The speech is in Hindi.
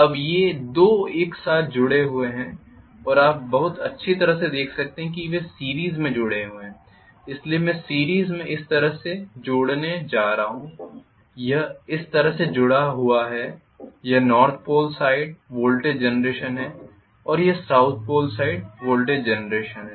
अब ये 2 एक साथ जुड़े हुए हैं आप बहुत अच्छी तरह से देख सकते हैं कि वे सीरीस में जुड़े हुए हैं इसलिए मैं सीरीस में इस तरह से जोड़ने जा रहा हूं यह इस तरह से जुड़ा हुआ है यह north pole side voltage generation है और यह south pole side voltage generation है